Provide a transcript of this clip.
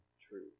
true